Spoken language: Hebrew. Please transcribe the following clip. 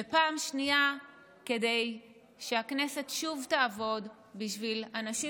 ופעם שנייה כדי שהכנסת שוב תעבוד בשביל אנשים